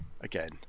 Again